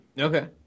Okay